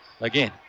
Again